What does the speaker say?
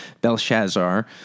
Belshazzar